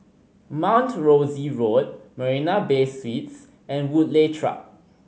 Mount Rosie Road Marina Bay Suites and Woodleigh Track